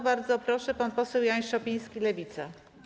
Bardzo proszę, pan poseł Jan Szopiński, Lewica.